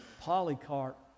Polycarp